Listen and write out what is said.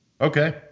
Okay